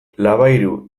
labayru